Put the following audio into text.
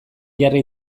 jarri